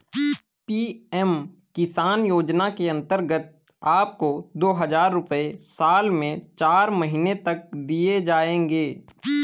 PM Kisan योजना के अंतर्गत आपको दो हज़ार रुपये साल में चार महीने तक दिए जाएंगे